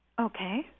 okay